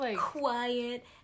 quiet